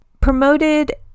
promoted